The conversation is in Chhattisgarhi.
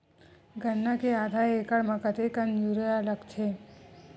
गन्ना के आधा एकड़ म कतेकन यूरिया लगथे?